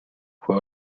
fue